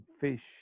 fish